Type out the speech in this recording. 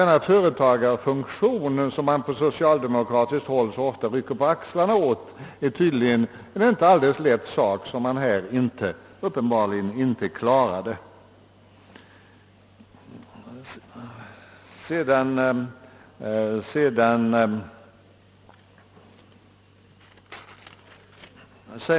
Denna företagarfunktion, som man på socialdemokratiskt håll så ofta rycker på axlarna åt, är tydligen inte så alldeles enkel, eftersom regeringen här uppenbarligen inte klarade den.